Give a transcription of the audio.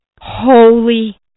holy